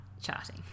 charting